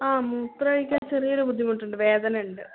ആ മൂത്രം ഒഴിക്കാൻ ചെറിയൊരു ബുദ്ധിമുട്ടുണ്ട് വേദന ഉണ്ട്